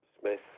Smith